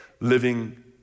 living